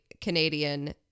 Canadian